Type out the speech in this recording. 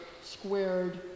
squared